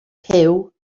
puw